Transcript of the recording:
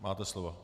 Máte slovo.